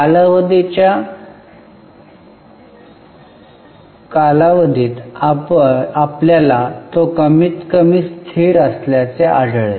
कालावधीत आपल्याला तो कमीत कमी स्थिर असल्याचे आढळेल